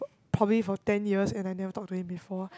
prob~ probably for ten years and I never talk to him before